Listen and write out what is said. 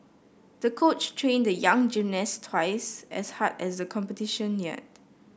the coach trained the young gymnast twice as hard as the competition neared